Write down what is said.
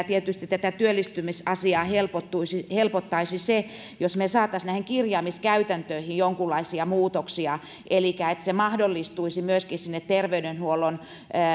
tietysti tätä työllistymisasiaa helpottaisi helpottaisi se jos me saisimme näihin kirjaamiskäytäntöihin jonkunlaisia muutoksia elikkä jos mahdollistuisi se että saataisiin myöskin sinne terveydenhuollon